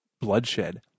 bloodshed